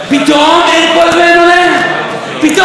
פתאום בטלוויזיה מותר לקלל,